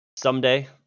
Someday